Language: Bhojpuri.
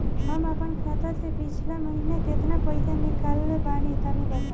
हम आपन खाता से पिछला महीना केतना पईसा निकलने बानि तनि बताईं?